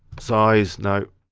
size, no,